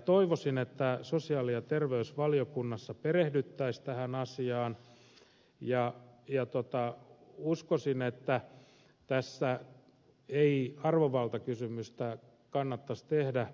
toivoisin että sosiaali ja terveysvaliokunnassa perehdyttäisiin tähän asiaan ja uskoisin että tästä ei arvovaltakysymystä kannattaisi tehdä